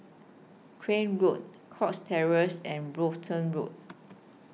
Crane Road Cox Terrace and Brompton Road